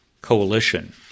coalition